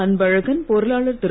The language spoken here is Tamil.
அன்பழகன் பொருளாளர் திரு